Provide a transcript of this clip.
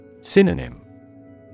Synonym